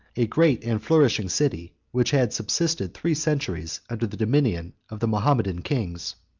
a great and flourishing city, which had subsisted three centuries under the dominion of the mahometan kings.